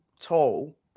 tall